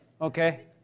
okay